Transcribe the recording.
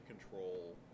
control